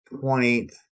point